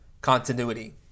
continuity